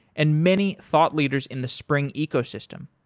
and many thought leaders in the spring ecosystem.